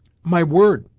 my word,